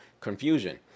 confusion